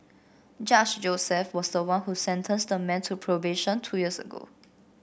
Judge Joseph was the one who sentenced the man to probation two years ago